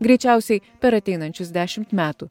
greičiausiai per ateinančius dešimt metų